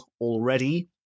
already